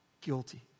guilty